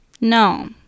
No